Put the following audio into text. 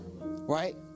right